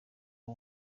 w’u